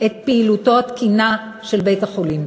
את פעילותו התקינה של בית-החולים.